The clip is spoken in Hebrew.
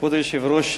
כבוד היושב-ראש,